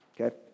Okay